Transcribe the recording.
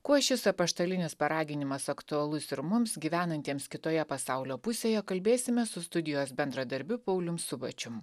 kuo šis apaštalinis paraginimas aktualus ir mums gyvenantiems kitoje pasaulio pusėje kalbėsime su studijos bendradarbiu paulium subačium